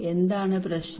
എന്താണ് പ്രശ്നം